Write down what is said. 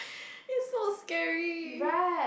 is so scary